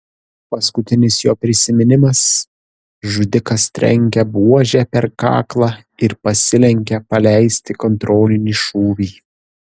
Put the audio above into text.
paskutinis jo prisiminimas žudikas trenkia buože per kaklą ir pasilenkia paleisti kontrolinį šūvį